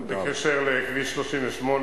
בקשר לכביש 38,